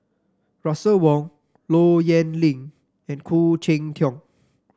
Russel Wong Low Yen Ling and Khoo Cheng Tiong